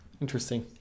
Interesting